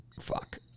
fuck